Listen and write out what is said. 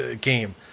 game